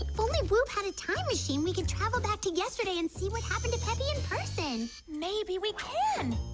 only boob had a time machine. we could travel back to yesterday and see what happened to kathy in person. maybe we can